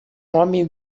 homem